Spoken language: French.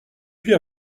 puis